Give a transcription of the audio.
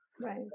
Right